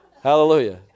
Hallelujah